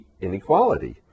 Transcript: inequality